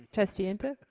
trustee and